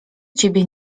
ciebie